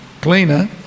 cleaner